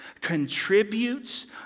contributes